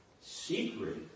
secret